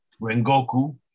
Rengoku